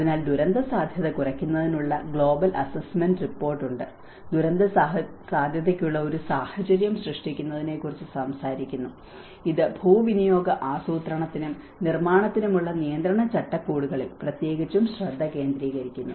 അതിനാൽ ദുരന്തസാധ്യത കുറയ്ക്കുന്നതിനുള്ള ഗ്ലോബൽ അസ്സെസ്സ്മെന്റ് റിപ്പോർട്ടുണ്ട് ദുരന്തസാധ്യതയ്ക്കുള്ള ഒരു സാഹചര്യം സൃഷ്ടിക്കുന്നതിനെക്കുറിച്ച് സംസാരിക്കുന്നു ഇത് ഭൂവിനിയോഗ ആസൂത്രണത്തിനും നിർമ്മാണത്തിനുമുള്ള നിയന്ത്രണ ചട്ടക്കൂടുകളിൽ പ്രത്യേകിച്ചും ശ്രദ്ധ കേന്ദ്രീകരിക്കുന്നു